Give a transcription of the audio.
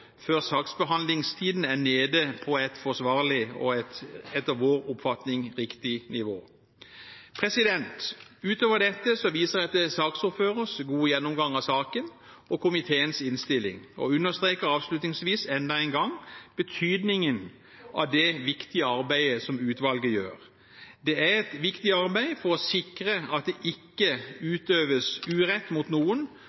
før saksbehandlingstiden er nede på et forsvarlig og – etter vår oppfatning – riktig nivå. Ut over dette viser jeg til saksordførerens gode gjennomgang av saken og komiteens innstilling og understreker avslutningsvis enda en gang betydningen av det viktige arbeidet som utvalget gjør. Det er et viktig arbeid for å sikre at det ikke